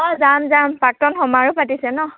অঁ যাম যাম প্ৰাক্তন সমাৰোহ পাতিছে ন